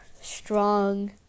strong